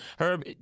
Herb